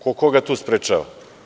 Ko koga tu sprečava?